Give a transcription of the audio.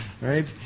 right